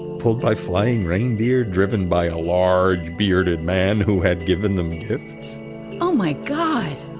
pulled by flying reindeer. driven by a large bearded man who had given them gifts oh, my god